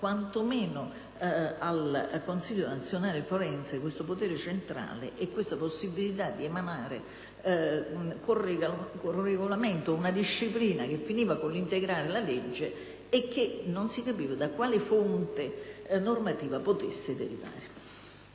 quantomeno al Consiglio nazionale forense questo potere centrale e questa possibilità di emanare, con regolamento, una disciplina che finiva per integrare la legge e che non si capiva da quale fonte normativa potesse derivare.